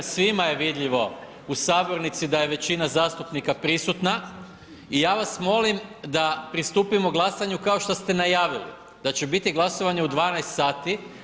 Svima je vidljivo u sabornici da je većina zastupnika prisutna i ja vas molim da pristupimo glasanju kao što ste najavili, da će biti glasovanje u 12 sati.